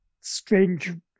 Strange